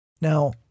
Now